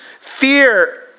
Fear